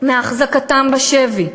מהחזקתם בשבי.